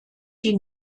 die